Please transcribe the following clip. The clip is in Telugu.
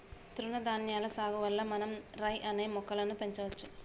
తృణధాన్యాల సాగు వల్ల మనం రై అనే మొక్కలను పెంచవచ్చు